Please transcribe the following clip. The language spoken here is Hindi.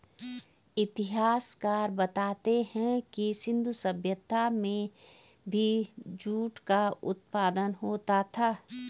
इतिहासकार बतलाते हैं कि सिन्धु सभ्यता में भी जूट का उत्पादन होता था